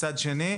מצד שני,